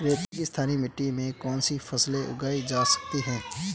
रेगिस्तानी मिट्टी में कौनसी फसलें उगाई जा सकती हैं?